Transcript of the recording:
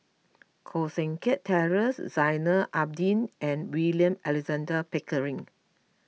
Koh Seng Kiat Terence Zainal Abidin and William Alexander Pickering